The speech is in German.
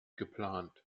geplant